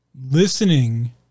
Listening